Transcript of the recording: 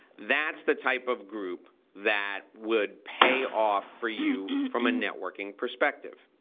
that's the type of group that would pay off for you from a networking perspective.